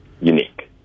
unique